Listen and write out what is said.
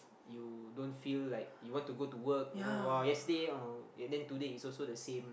you don't feel like you want to go to work you know !wah! yesterday uh then today it's also the same